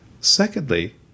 Secondly